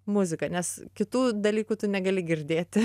muziką nes kitų dalykų tu negali girdėti